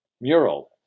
mural